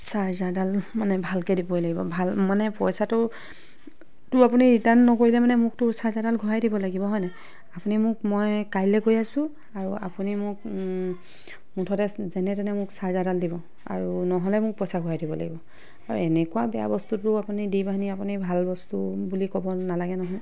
চাৰ্জাৰডাল মানে ভালকৈ দিবই লাগিব ভল মানে পইচাটোতো আপুনি ৰিটাৰ্ণ নকৰিলে মানে মোকতো চাৰজাৰডাল ঘূৰাই দিব লাগিব হয় নাই আপুনি মোক মই কাইলৈ গৈ আছো আৰু আপুনি মোক মুঠতে যেনে তেনে মোক চাৰ্জাৰডাল দিব আৰু নহ'লে মোক পইচা ঘূৰাই দিব লাগিব আৰু এনেকুৱা বেয়া বস্তুটো আপুনি দি মেলি আপুনি ভাল বস্তু বুলি ক'ব নালাগে নহয়